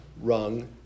rung